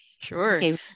Sure